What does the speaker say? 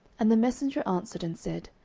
and the messenger answered and said,